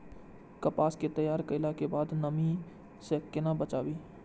कपास के तैयार कैला कै बाद नमी से केना बचाबी?